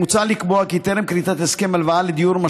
מוצע לקבוע כי טרם כריתת הסכם הלוואה לדיור,